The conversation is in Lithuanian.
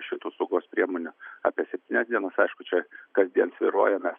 šitų saugos priemonių apie septynias dienas aišku čia kasdien svyruojame